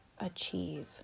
achieve